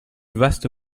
vaste